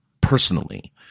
personally